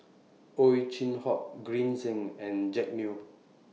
Ow Chin Hock Green Zeng and Jack Neo